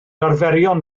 arferion